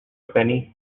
penny